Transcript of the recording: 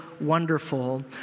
wonderful